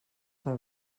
per